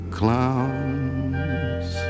clowns